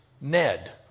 Ned